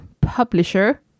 publisher